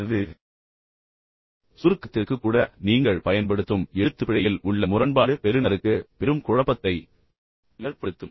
எனவே சுருக்கத்திற்கு கூட நீங்கள் பயன்படுத்தும் எழுத்துப்பிழையில் உள்ள முரண்பாடு பெறுநருக்கு பெரும் குழப்பத்தை ஏற்படுத்தும்